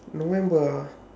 november ah